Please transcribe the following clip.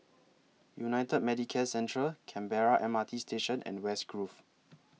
United Medicare Centre Canberra M R T Station and West Grove